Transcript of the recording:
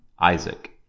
Isaac